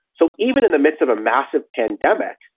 so even in the midst of a massive pandemic,